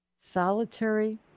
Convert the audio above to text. solitary